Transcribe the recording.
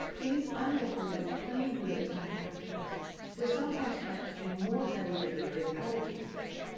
these undecorated, plain-wood italian harpsichords were sometimes kept in more highly decorated outer cases,